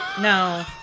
No